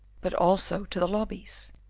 but also to the lobbies.